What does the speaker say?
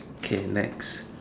K next